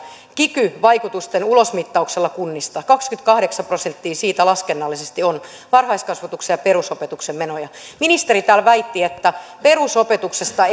kiky vaikutusten ulosmittauksella kunnista kaksikymmentäkahdeksan prosenttia siitä laskennallisesti on varhaiskasvatuksen ja perusopetuksen menoja ministeri täällä väitti että perusopetuksesta